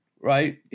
right